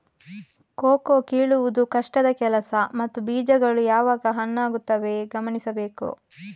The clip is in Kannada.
ಕೋಕೋ ಕೀಳುವುದು ಕಷ್ಟದ ಕೆಲಸ ಮತ್ತು ಬೀಜಗಳು ಯಾವಾಗ ಹಣ್ಣಾಗುತ್ತವೆ ಗಮನಿಸಬೇಕು